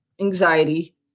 anxiety